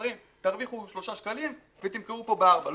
הסוחרים תרוויחו 3 שקלים ותמכרו פה ב-4 שקלים.